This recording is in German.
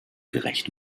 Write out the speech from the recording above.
gerecht